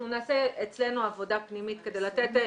אנחנו נעשה אצלנו עבודה פנימית כדי לתת את